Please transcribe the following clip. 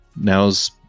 now's